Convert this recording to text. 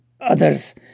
others